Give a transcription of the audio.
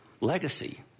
legacy